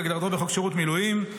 כהגדרתו בחוק שירות מילואים,